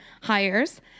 hires